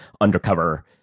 undercover